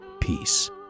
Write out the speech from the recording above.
Peace